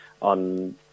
on